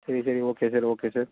சரி சரி okay sir okay sir